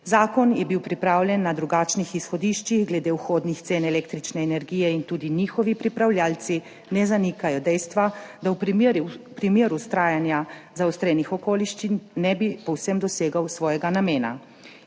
Zakon je bil pripravljen na drugačnih izhodiščih glede vhodnih cen električne energije in tudi njihovi pripravljavci ne zanikajo dejstva, da v primeru vztrajanja zaostrenih okoliščin ne bi povsem dosegel svojega namena.